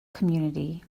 community